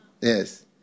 yes